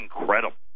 incredible